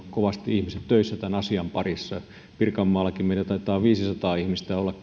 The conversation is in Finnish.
kovasti ihmiset töissä tämän asian parissa pirkanmaallakin meillä taitaa viisisataa ihmistä olla